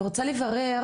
אני רוצה לברר,